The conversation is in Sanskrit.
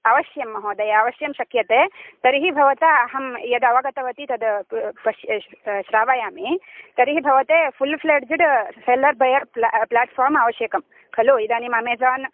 अवश्यं महोदय अवश्यं शक्यते तर्हि भवता अहं यदवगतवती तद् पश्य श्रावयामि तर्हि भवते फ़ुल् फ़्लेड्ज्ड् सेल्लर् बयर् प्ला प्लाट्फ़ार्म् आवश्यकं खलु इदानीम् अमेज़ान्